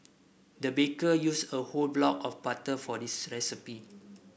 the baker used a whole block of butter for this recipe